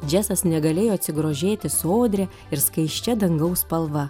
džesas negalėjo atsigrožėti sodria ir skaisčia dangaus spalva